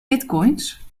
bitcoins